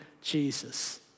Jesus